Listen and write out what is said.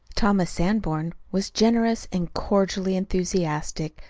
thomas sanborn was generous, and cordially enthusiastic,